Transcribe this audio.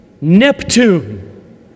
Neptune